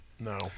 No